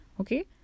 Okay